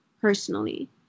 personally